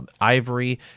ivory